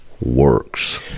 works